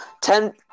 ten